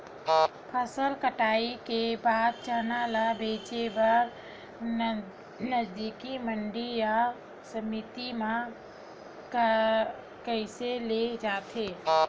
फसल कटाई के बाद चना ला बेचे बर नजदीकी मंडी या समिति मा कइसे ले जाथे?